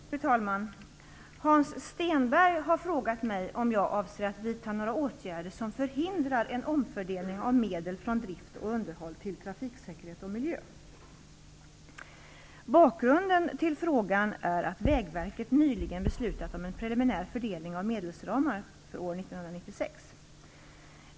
Fru talman! Hans Stenberg har frågat mig om jag avser att vidta några åtgärder som förhindrar en omfördelning av medel från drift och underhåll till trafiksäkerhet och miljö. Bakgrunden till frågan är att Vägverket nyligen beslutat om en preliminär fördelning av medelsramar för år 1996.